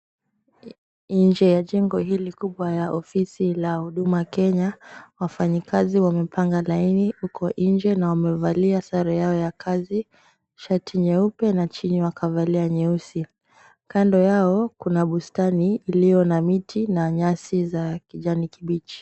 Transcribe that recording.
Inje ya jengo hili kubwa ya ofisi la huduma Kenya, wafanyikazi wamepanga laini huko inje na wamevalia sare yao ya kazi shati nyeupe na chini wakavalia nyeusi kando yao, kuna bustani iliyo na miti na nyasi za kijani kibichi.